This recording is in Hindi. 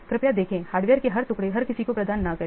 कृपया देखें हार्डवेयर के हर टुकड़े हर किसी को प्रदान न करें